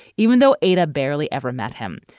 even though ada barely ever met him.